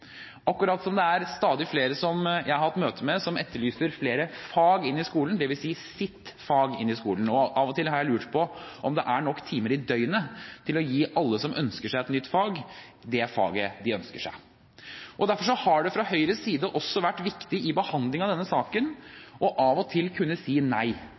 akkurat som det er stadig flere som jeg har hatt møte med, som etterlyser flere fag inn i skolen, dvs. «sitt» fag inn i skolen. Av og til har jeg lurt på om det er nok timer i døgnet til å gi alle som ønsker seg et nytt fag, det faget de ønsker seg. Derfor har det fra Høyres side i behandlingen av denne saken også vært viktig av og til å kunne si nei,